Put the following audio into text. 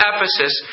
Ephesus